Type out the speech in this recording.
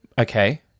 Okay